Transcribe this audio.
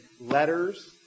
letters